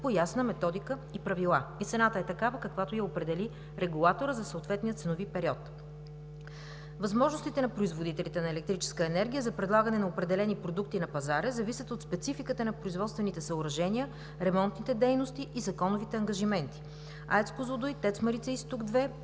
по ясна методика и правила, и цената е такава, каквато я определи регулаторът за съответния ценови период. Възможностите на производителите на електрическа енергия за предлагане на определени продукти на пазара зависят от спецификата на производствените съоръжения, ремонтните дейности и законовите ангажименти. АЕЦ „Козлодуй“, ТЕЦ „Марица изток 2“